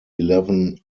eleven